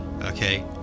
okay